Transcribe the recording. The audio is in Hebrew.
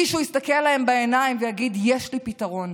מישהו יסתכל להם בעיניים ויגיד: יש לי פתרון,